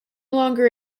longer